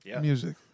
music